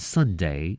Sunday